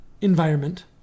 environment